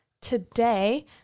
Today